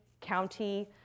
county